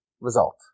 result